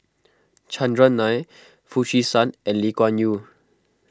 Chandran Nair Foo Chee San and Lee Kuan Yew